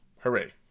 Hooray